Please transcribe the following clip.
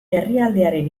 herrialdearen